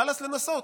חלאס לנסות.